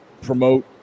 promote